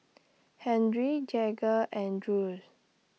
Henry Jagger and Jules